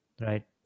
Right